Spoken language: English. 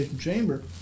Chamber